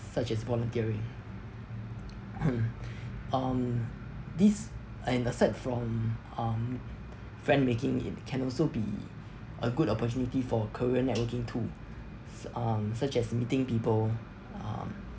such as volunteering um this and aside from um friend making it can also be a good opportunity for career networking too s~ um such as meeting people um